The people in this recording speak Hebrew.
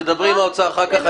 תדברי עם האוצר אחר כך.